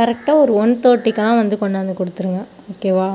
கரெக்ட்டாக ஒரு ஒன் தேர்ட்டிகெலாம் வந்து கொண்டாந்து கொடுத்துருங்க ஓகேவா